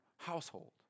household